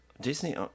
Disney